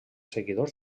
seguidors